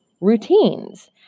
routines